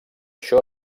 això